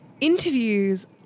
interviews